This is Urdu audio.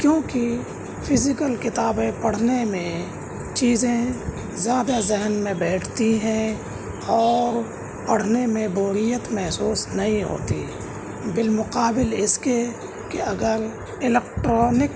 کیوں کہ فیزیکل کتابیں پڑھںے میں چیزیں زیادہ ذہن میں بیٹھتی ہیں اور پڑھنے میں بوریت محسوس نہیں ہوتی ہے بالمقابل اس کے کہ اگر الیکٹرانک